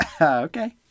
Okay